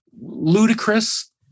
ludicrous